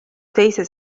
teise